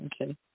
Okay